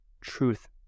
truth